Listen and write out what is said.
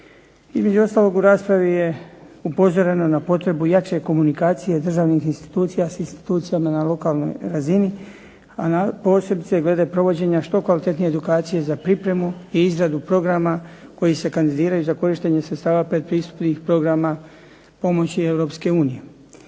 Između ostalog, u raspravi je upozoreno na potrebu jače komunikacije državnih institucija s institucijama na lokalnoj razini, a posebice glede provođenja što kvalitetnije edukacije za pripremu i izradu programa koji se kandidiraju za korištenje sredstava pretpristupnih programa pomoći